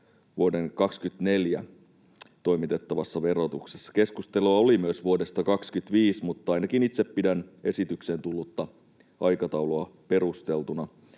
vuonna 24 toimitettavassa verotuksessa. Keskustelua oli myös vuodesta 25, mutta ainakin itse pidän esitykseen tullutta aikataulua perusteltuna.